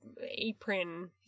apron